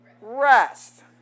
rest